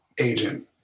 agent